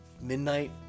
midnight